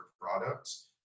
products